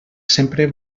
sempre